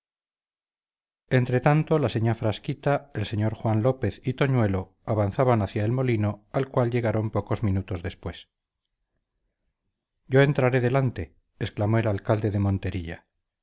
ropa entretanto la señá frasquita el señor juan lópez y toñuelo avanzaban hacia el molino al cual llegaron pocos minutos después yo entraré delante exclamó el alcalde de